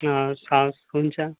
हवस् हवस् हुन्छ